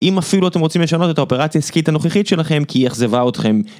אם אפילו אתם רוצים לשנות את האופרציה העיסקית הנוכחית שלכם, כי היא איכזבה אותכם.